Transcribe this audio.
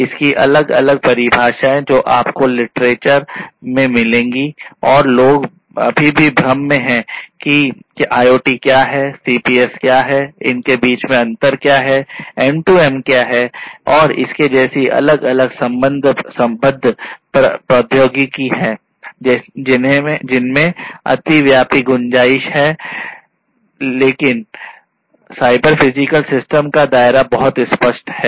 इसकी अलग अलग परिभाषाएं जो आपको लिटरेचर का एक मजबूत घटक है